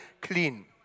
clean